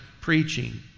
preaching